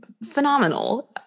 phenomenal